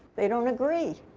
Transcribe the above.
they don't agree.